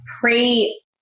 pre